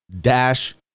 dash